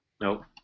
Nope